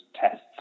tests